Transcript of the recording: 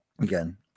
Again